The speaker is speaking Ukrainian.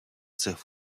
цих